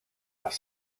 las